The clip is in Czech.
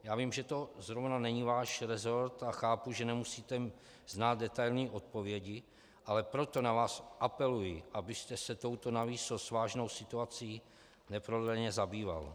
Já vím, že to zrovna není váš resort, a chápu, že nemusíte znát detailní odpovědi, ale proto na vás apeluji, abyste se touto navýsost vážnou situací neprodleně zabýval.